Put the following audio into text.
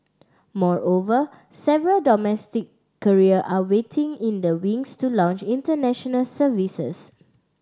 moreover several domestic carrier are waiting in the wings to launch international services